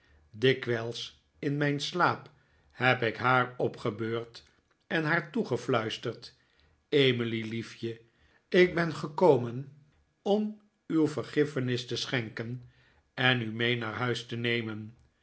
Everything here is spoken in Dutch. dikwijls in mijn slaap heb ik haar opgebeurd en haar toegefliiisterd emily liefje ik ben gekomen om u vergiffenis te schenken en u mee naar huis te nemen